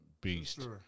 beast